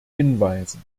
hinweisen